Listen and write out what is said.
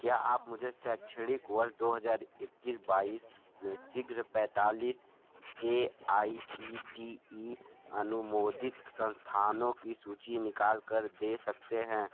क्या आप मुझे शैक्षणिक वर्ष दो हज़ार इक्कीस बाईस में शीघ्र पैंतालीस A I C T E अनुमोदित संस्थानों की सूचि निकाल कर दे सकते हैं